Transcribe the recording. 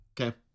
Okay